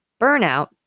Burnout